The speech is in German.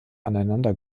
aneinander